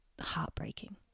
heartbreaking